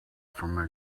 from